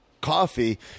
coffee